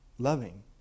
loving